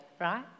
right